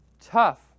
Tough